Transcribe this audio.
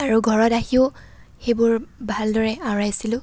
আৰু ঘৰত আহিও সেইবোৰ ভালদৰে আওৰাইছিলোঁ